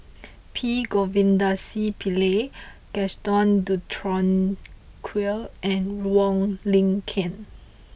P Govindasamy Pillai Gaston Dutronquoy and Wong Lin Ken